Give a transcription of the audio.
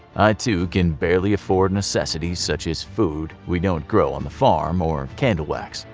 i too can barely afford necessities such as food we don't grow on the farm or candle wax.